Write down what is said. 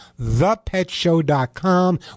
thepetshow.com